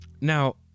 now